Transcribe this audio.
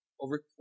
over